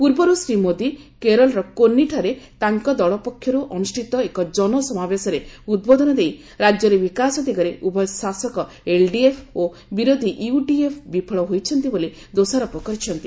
ପୂର୍ବରୁ ଶ୍ରୀ ମୋଦୀ କେରଳର କୋନ୍ଦିଠାରେ ତାଙ୍କ ଦଳ ପକ୍ଷରୁ ଅନୁଷ୍ଠିତ ଏକ ଜନସମାବେଶରେ ଉଦ୍ବୋଧନ ଦେଇ ରାଜ୍ୟର ବିକାଶ ଦିଗରେ ଉଭୟ ଶାସକ ଏଲଡିଏଫ ଓ ବିରୋଧୀ ଇୟୁଡିଏଫ ବିଫଳ ହୋଇଛନ୍ତି ବୋଲି ଦୋଷାରୋପ କରିଛନ୍ତି